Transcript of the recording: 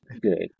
good